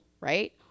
right